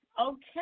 Okay